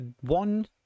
one